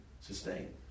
sustain